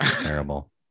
Terrible